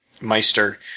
meister